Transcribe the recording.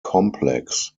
complex